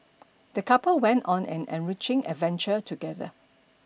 the couple went on an enriching adventure together